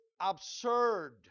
absurd